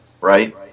right